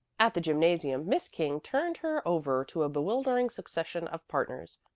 at the gymnasium miss king turned her over to a bewildering succession of partners,